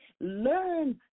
Learn